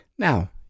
Now